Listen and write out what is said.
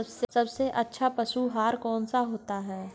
सबसे अच्छा पशु आहार कौन सा होता है?